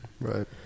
Right